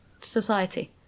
society